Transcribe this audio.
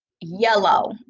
yellow